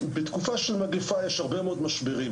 בתקופה של מגפה יש הרבה מאוד משברים,